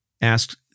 asked